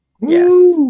Yes